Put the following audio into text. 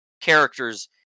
characters